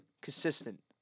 Consistent